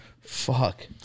Fuck